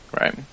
Right